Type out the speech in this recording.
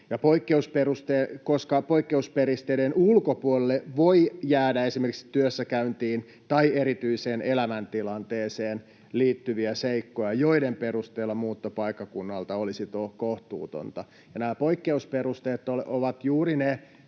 poikkeusperusteiden ulkopuolelle voi jäädä esimerkiksi työssäkäyntiin tai erityiseen elämäntilanteeseen liittyviä seikkoja, joiden perusteella muutto paikkakunnalta olisi kohtuutonta. Ja nämä poikkeusperusteet ovat juuri ne